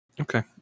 Okay